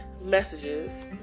Messages